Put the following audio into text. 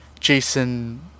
Jason